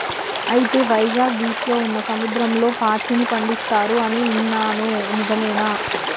అయితే వైజాగ్ బీచ్లో ఉన్న సముద్రంలో పాచిని పండిస్తారు అని ఇన్నాను నిజమేనా